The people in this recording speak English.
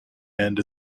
end